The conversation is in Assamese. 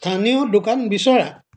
স্থানীয় দোকান বিচৰা